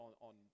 on